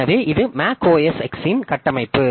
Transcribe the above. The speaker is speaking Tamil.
எனவே இது மேக் ஓஎஸ் எக்ஸின் கட்டமைப்பு